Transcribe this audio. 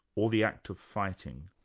or the act of fighting,